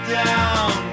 down